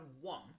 one